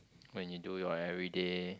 when you do your everyday